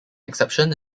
exception